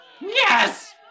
yes